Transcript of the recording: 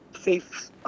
safe